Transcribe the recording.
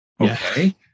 Okay